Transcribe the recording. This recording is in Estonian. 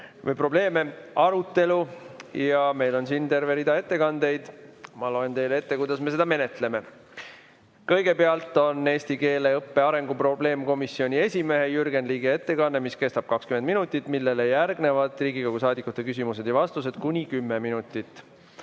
probleeme" arutelu. Ja meil on siin terve rida ettekandeid. Ma loen teile ette, kuidas me seda menetleme. Kõigepealt on eesti keele õppe arengu probleemkomisjoni esimehe Jürgen Ligi ettekanne, mis kestab 20 minutit. Sellele järgnevad Riigikogu saadikute küsimused ja vastused, kuni 10 minutit.